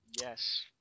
Yes